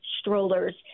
strollers